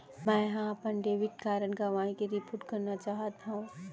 मै हा अपन डेबिट कार्ड गवाएं के रिपोर्ट करना चाहत हव